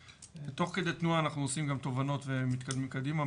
ותוך כדי תנועה אנחנו עושים גם תובנות ומתקדמים קדימה,